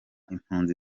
impunzi